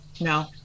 No